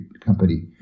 company